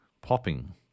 popping